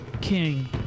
King